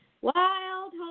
Wild